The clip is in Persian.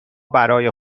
برای